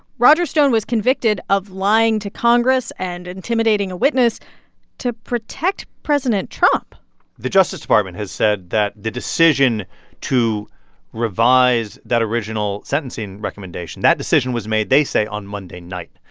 roger stone was convicted of lying to congress and intimidating a witness to protect president trump the justice department has said that the decision to revise that original sentencing recommendation, that decision was made, they say, on monday night,